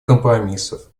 компромиссов